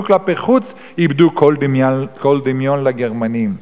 כלפי חוץ איבדו כל דמיון לגרמנים,